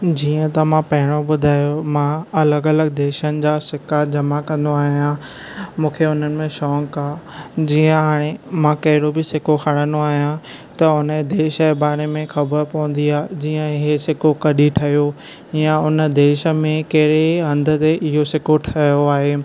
जीअं त मां पहिरीं ॿुधायो मां अलगि॒ अलगि॒ देशनि जा सिक्का जमा कंदो आयां मूंखे हुननि में शौक़ु आ जीअं हाणे मां कहिड़ो बि सिक्को खणंदो आहियां त हुन देश जे बारे में ख़बर पवंदी आ जीअं ही सिक्को कॾहिं ठयो या उन देश में कहिड़े हंधु ते इहो सिक्को ठयो आहे